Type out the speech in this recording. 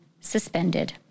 suspended